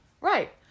Right